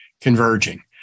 converging